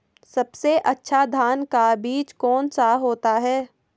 सबसे अच्छा धान का बीज कौन सा होता है?